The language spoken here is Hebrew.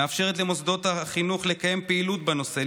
מאפשרת למוסדות החינוך לקיים פעילות הנושא,